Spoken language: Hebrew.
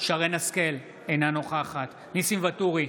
שרן מרים השכל, אינה נוכחת ניסים ואטורי,